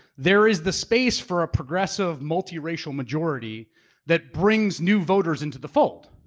there is the space for a progressive multiracial majority that brings new voters into the fold.